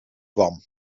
kwam